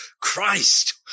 Christ